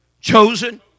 chosen